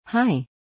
Hi